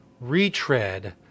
retread